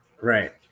right